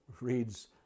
reads